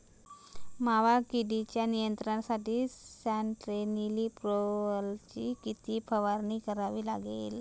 मावा किडीच्या नियंत्रणासाठी स्यान्ट्रेनिलीप्रोलची किती फवारणी करावी लागेल?